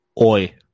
Oi